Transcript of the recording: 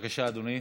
בבקשה, אדוני.